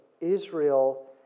Israel